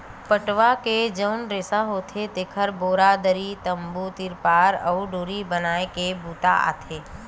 पटवा के जउन रेसा होथे तेखर बोरा, दरी, तम्बू, तिरपार अउ डोरी बनाए के बूता आथे